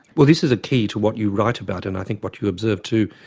well, this is a key to what you write about, and i think what you observe too,